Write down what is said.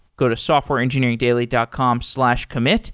go to softwareengineeringdaily dot com slash commit